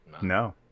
no